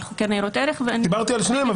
חוקי ניירות ערך -- דיברתי על שניהם,